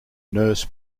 nurse